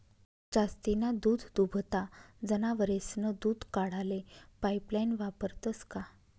जास्तीना दूधदुभता जनावरेस्नं दूध काढाले पाइपलाइन वापरतंस का?